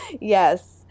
Yes